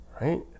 right